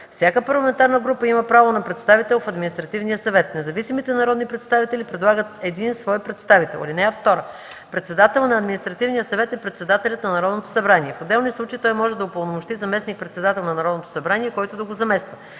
Всяка парламентарна група има право на представител в Административния съвет. Независимите народни представители предлагат един свой представител. (2) Председател на Административния съвет е председателят на Народното събрание. В отделни случаи той може да упълномощи заместник-председател на Народното събрание, който да го замества.